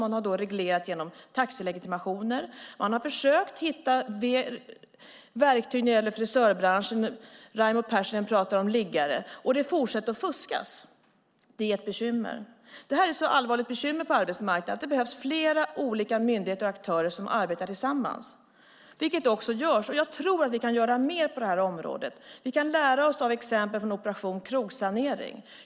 Den har man reglerat genom taxilegitimationer. Man har försökt hitta ett verktyg för frisörbranschen. Raimo Pärssinen talade om liggare, men det fortsätter att fuskas. Det är ett bekymmer. Det här är ett sådant allvarligt problem på arbetsmarknaden att det behövs flera olika myndigheter och aktörer som arbetar tillsammans, vilket också sker. Vi kan dock göra mer på området. Vi kan lära av Operation krogsanering.